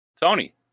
Tony